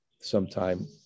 sometime